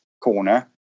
corner